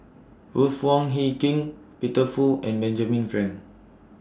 Ruth Wong Hie King Peter Fu and Benjamin Frank